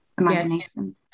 imagination